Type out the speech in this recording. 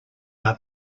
are